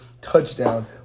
touchdown